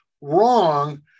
wrong